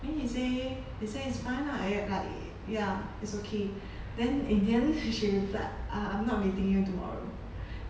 then he say he say it's fine lah like it's okay then in the end she replied uh I'm not meeting you tomorrow